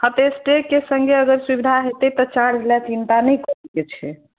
हेतै ताहि के संगे अगर सुविधा हेतै तऽ चार्ज लए चिंता नहि करय के छै